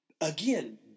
Again